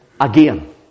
again